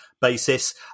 basis